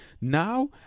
Now